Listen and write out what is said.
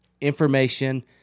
information